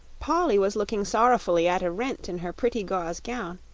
polly was looking sorrowfully at a rent in her pretty gauze gown,